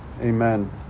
amen